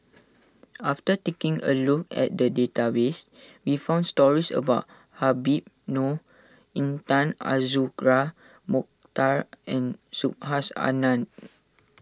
after taking a look at the database we found stories about Habib Noh Intan Azura Mokhtar and Subhas Anandan